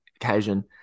occasion